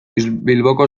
bilboko